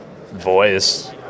voice